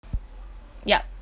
yup